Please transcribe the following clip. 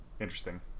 Interesting